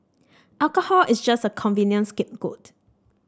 alcohol is just a convenient scapegoat